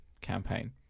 campaign